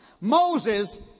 Moses